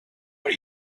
what